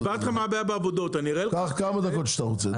קח כמה דקות שאתה רוצה.